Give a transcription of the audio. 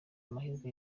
amahirwe